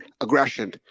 aggression